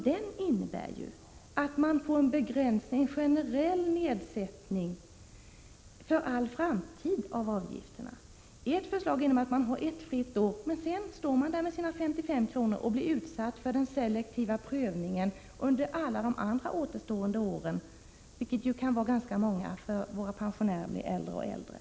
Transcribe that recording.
Den innebär ju att pensionärerna får en generell nedsättning av avgifterna för all framtid. Med ert förslag får de ett avgiftsfritt år, men sedan står de där och skall betala sina 55 kr. De blir utsatta för den selektiva prövningen under återstående år, vilka kan bli ganska många eftersom våra pensionärer blir allt äldre.